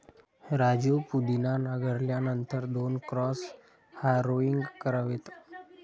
राजू पुदिना नांगरल्यानंतर दोन क्रॉस हॅरोइंग करावेत